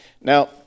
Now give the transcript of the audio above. Now